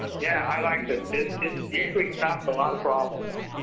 yeah, i like it's usually stopped a lot of problems.